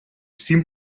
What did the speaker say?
seemed